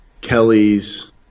Kelly's